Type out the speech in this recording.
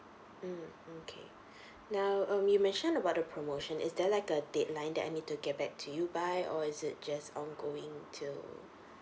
mm okay now um you mention about the promotion is there like a deadline that I need to get back to you by or is it just ongoing till